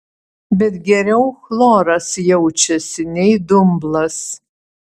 bet geriau chloras jaučiasi nei dumblas